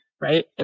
Right